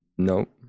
nope